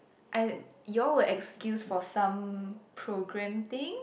I you all were excuse for some programme thing